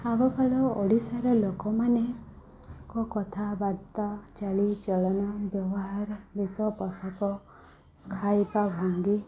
ଆଗକାଳ ଓଡ଼ିଶାର ଲୋକମାନଙ୍କ କଥାବାର୍ତ୍ତା ଚାଲିଚଳନ ବ୍ୟବହାର ବେଶପୋଷକ ଖାଇବା ଭଙ୍ଗି